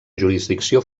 jurisdicció